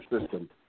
system